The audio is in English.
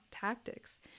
tactics